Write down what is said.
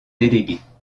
déléguées